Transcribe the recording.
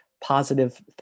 positive